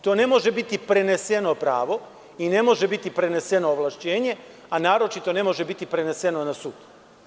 To ne može biti preneseno pravo i ne može biti preneseno ovlašćenje, a naročito ne može biti preneseno na sud.